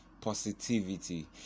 positivity